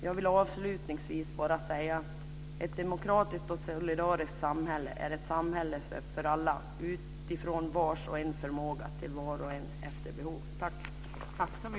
Jag vill avslutningsvis bara säga att ett demokratiskt och solidariskt samhälle är ett samhälle för alla utifrån vars och ens förmåga till var och en efter behov.